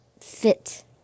fit